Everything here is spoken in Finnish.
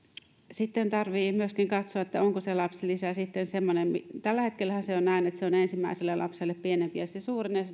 sitten tarvitsee myöskin katsoa onko se lapsilisä tällä hetkellähän se on näin että se on ensimmäiselle lapselle pienempi ja se suurenee